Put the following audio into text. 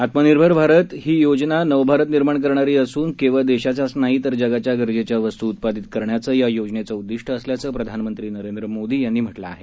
आत्मनिर्भर भारत योजना ही नवभारत निर्माण करणारी योजना असून केवळ देशाच्याच नाही तर जगाच्या गरजेच्या वस्तू उत्पादित करण्याचं या योजनेचं उद्दीष्ट असल्याचं प्रधानमंत्री नरेंद्र मोदी यांनी म्हटलं आहे